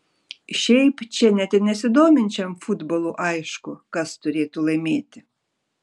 šiaip čia net ir nesidominčiam futbolu aišku kas turėtų laimėti